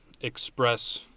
express